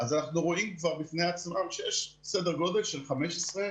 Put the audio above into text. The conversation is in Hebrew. אנחנו רואים שיש סדר גודל של 15%,